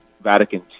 Vatican